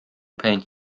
paint